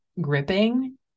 gripping